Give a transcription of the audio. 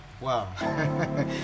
Wow